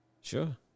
Sure